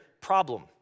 problem